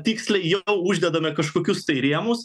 tiksliai jau uždedame kažkokius tai rėmus